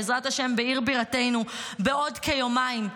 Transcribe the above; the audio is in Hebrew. בעיר בירתנו בעוד כיומיים,